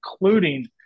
including